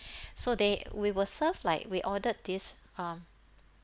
so they we were served like we ordered this um